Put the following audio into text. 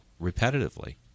repetitively